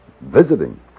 visiting